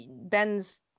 Ben's